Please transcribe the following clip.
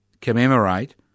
commemorate